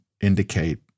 indicate